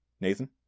Nathan